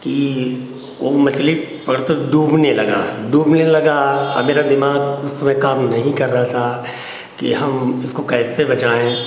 कि वो मछली पकड़ तो डूबने लगा डूबने लगा अब मेरा दिमाग़ उस समय काम नहीं कर रहा था कि हम उसको कैसे बचाएं